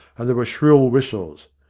and there were shrill whistles.